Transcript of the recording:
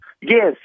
Yes